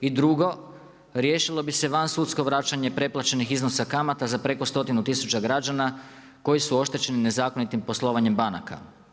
I drugo, riješilo bi se van sudsko vraćanje preplaćenih iznosa kamata za preko stotinu tisuća građana koji su oštećeni nezakonitim poslovanjem banaka.